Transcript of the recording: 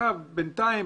בינתיים,